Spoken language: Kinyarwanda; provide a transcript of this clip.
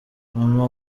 mama